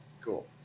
Cool